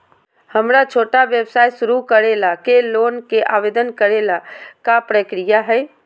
हमरा छोटा व्यवसाय शुरू करे ला के लोन के आवेदन करे ल का प्रक्रिया हई?